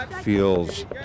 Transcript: feels